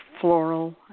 floral